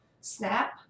snap